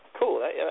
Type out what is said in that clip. Cool